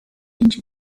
into